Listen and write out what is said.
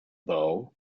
though